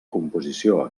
composició